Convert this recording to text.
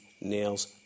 nails